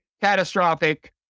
catastrophic